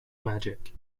magic